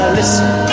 listen